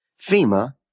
FEMA